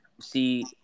see